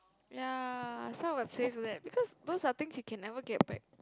ya so I would save that because those are things you can never get back